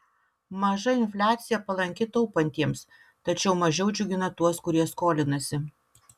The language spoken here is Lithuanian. maža infliacija palanki taupantiems tačiau mažiau džiugina tuos kurie skolinasi